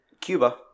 Cuba